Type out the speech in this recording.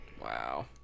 Wow